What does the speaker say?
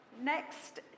next